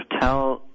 tell